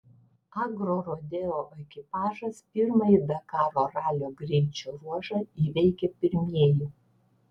agrorodeo ekipažas pirmąjį dakaro ralio greičio ruožą įveikė pirmieji